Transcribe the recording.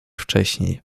wcześniej